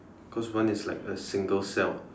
cause one is like a single celled